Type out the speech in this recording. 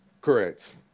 Correct